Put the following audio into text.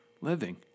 living